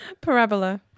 Parabola